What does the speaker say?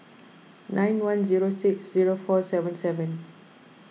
nine one zero six zero four seven seven